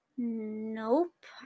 Nope